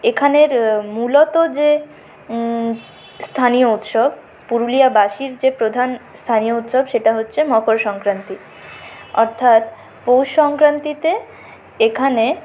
এখানের মূলত যে স্থানীয় উৎসব পুরুলিয়াবাসীর যে প্রধান স্থানীয় উৎসব সেটা হচ্ছে মকর সংক্রান্তি অর্থাৎ পৌষ সংক্রান্তিতে এখানে